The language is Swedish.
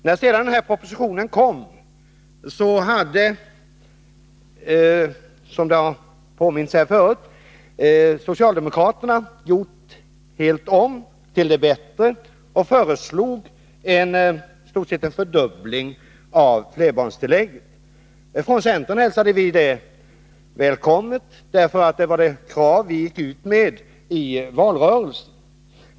När sedan propositionen kom hade, som det Upphävande av har påmints om här förut, socialdemokraterna gjort helt om, till det bättre, beslutet om och föreslog i stort sett en fördubbling av flerbarnstillägget. Från centern karensdagar, hälsade vi det välkommet, därför att det var det krav vi gick ut med i m.m. valrörelsen.